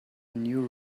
new